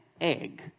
egg